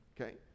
Okay